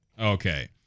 Okay